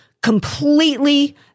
completely